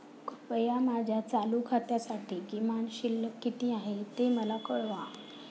कृपया माझ्या चालू खात्यासाठी किमान शिल्लक किती आहे ते मला कळवा